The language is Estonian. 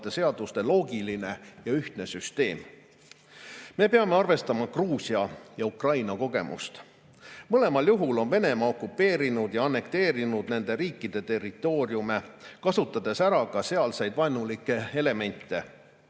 seaduste loogiline ja ühtne süsteem.Me peame arvestama Gruusia ja Ukraina kogemust. Mõlemal juhul on Venemaa okupeerinud ja annekteerinud nende riikide territooriume, kasutades ära ka sealseid vaenulikke elemente.